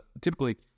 typically